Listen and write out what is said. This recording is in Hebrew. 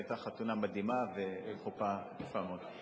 והיתה חתונה מדהימה וחופה יפה מאוד.